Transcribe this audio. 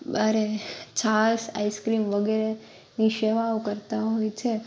બારે છાશ આઇસક્રીમ વગેરે ની સેવાઓ કરતા હોય છે